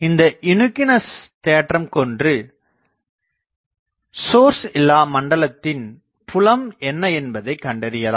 இந்த யுனிக்குனேஸ் தேற்றம் கொண்டு சோர்ஸ் இல்லா மண்டலத்தின் புலம் என்ன என்பதைக் கண்டறியாலம்